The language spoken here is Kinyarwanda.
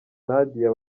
nadia